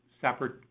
separate